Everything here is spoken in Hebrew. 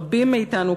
רבים מאתנו,